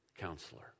Counselor